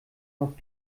noch